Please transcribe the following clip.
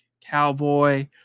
cowboy